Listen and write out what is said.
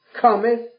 cometh